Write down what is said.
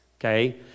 okay